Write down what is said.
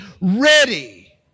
ready